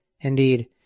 Indeed